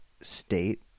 state